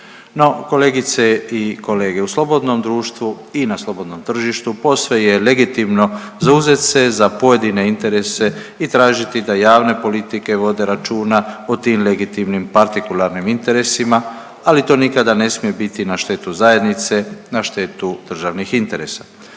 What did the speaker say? No, kolegice i kolege u slobodnom društvu i na slobodnom tržištu posve je legitimno zauzet se za pojedine interese i tražiti da javne politike vode računa o tim legitimnim partikularnim interesima ali to nikada ne smije biti na štetu zajednice, na štetu državnih interesa.